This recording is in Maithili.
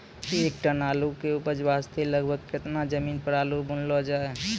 एक टन आलू के उपज वास्ते लगभग केतना जमीन पर आलू बुनलो जाय?